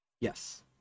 yes